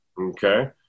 Okay